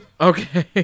Okay